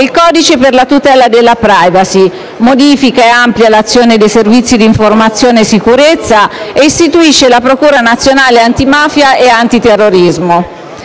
il codice per la tutela della *privacy*, che modifica ed amplia l'azione dei Servizi di informazione e sicurezza e che istituisce la Procura nazionale antimafia e antiterrorismo.